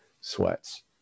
sweats